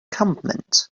encampment